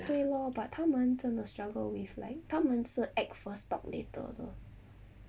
对 loh but 他们真的 struggle with like 他们是 act first stop later 的